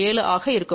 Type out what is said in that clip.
7 ஆக இருக்கும்